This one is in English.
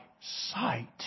sight